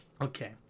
Okay